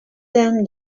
them